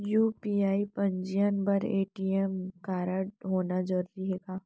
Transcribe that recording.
UPI पंजीयन बर ATM कारडहोना जरूरी हे का?